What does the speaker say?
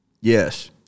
Yes